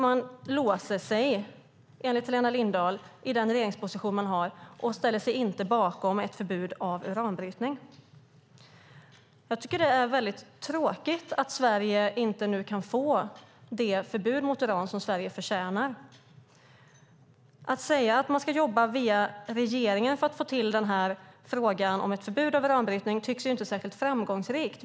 Man låser sig enligt Helena Lindahl i den regeringsposition man har och ställer sig inte bakom ett förbud mot uranbrytning. Det är väldigt tråkigt att Sverige inte nu kan få det förbud mot uranbrytning som Sverige förtjänar. Att jobba via regeringen för att få till ett förbud mot uranbrytning tycks inte särskilt framgångsrikt.